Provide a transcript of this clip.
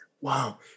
Wow